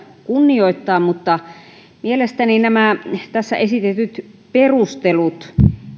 kunnioittaa mutta mielestäni nämä tässä esitetyt perustelut